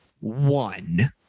one